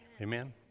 Amen